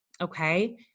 Okay